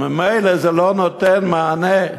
ממילא זה לא נותן מענה.